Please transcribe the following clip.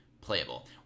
playable